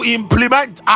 implement